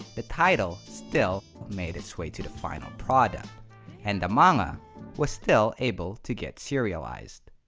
the title still made its way to the final product and the manga was still able to get serialized.